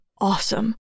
awesome